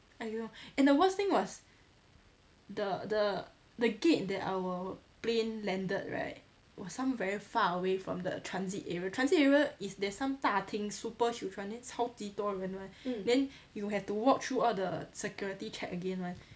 !aiyo! and the worst thing was the the the gate that our plane landed right was some very far away from the transit area transit area is there's some 大厅 super huge [one] then 超级多人 [one] then you have to walk through all the security check again [one]